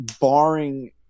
barring